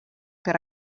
per